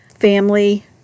family